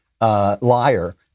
liar